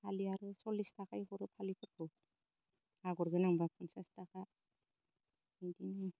फालिया आरो सल्लिस थाखा इफोराव फालिफोरखौ आगर गोनांब्ला फन्सास थाखा इदि